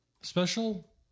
special